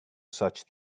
such